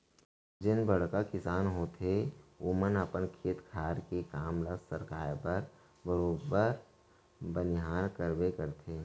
जेन बड़का किसान होथे ओमन अपन खेत खार के काम ल सरकाय बर बरोबर बनिहार करबे करथे